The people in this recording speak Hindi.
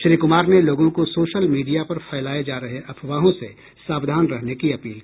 श्री कुमार ने लोगों को सोशल मीडिया पर फैलाये जा रहे अफवाहों से सावधान रहने की अपील की